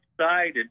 excited